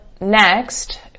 next